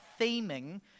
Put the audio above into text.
theming